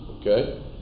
Okay